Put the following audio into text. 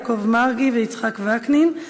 יעקב מרגי ויצחק וקנין,